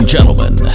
gentlemen